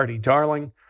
darling